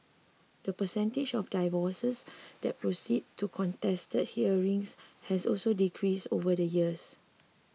the percentage of divorces that proceed to contested hearings has also decreased over the years